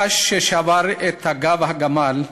הקש ששבר את גב הגמל,